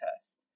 test